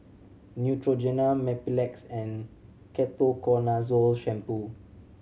Neutrogena Mepilex and Ketoconazole Shampoo